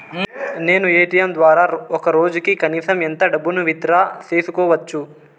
నేను ఎ.టి.ఎం ద్వారా ఒక రోజుకి కనీసం ఎంత డబ్బును విత్ డ్రా సేసుకోవచ్చు?